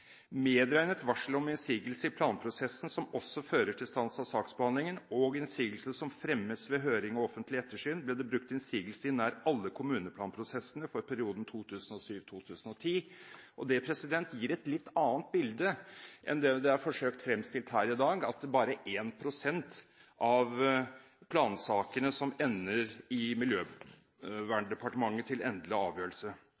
Medregnet varsel om innsigelse i planprosessen, som også fører til stans av saksbehandlingen, og innsigelse som fremmes ved høring og offentlig ettersyn, ble det brukt innsigelse i nær alle kommuneplanprosessene for perioden 2007–2010. Det gir et litt annet bilde enn det som er forsøkt fremstilt her i dag, at det bare er 1 pst. av plansakene som ender i